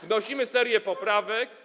Wnosimy serię poprawek.